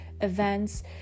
events